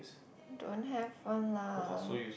don't have one lah